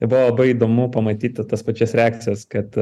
buvo labai įdomu pamatyt tas pačias reakcijas kad